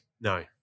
No